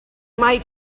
mae